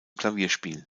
klavierspiel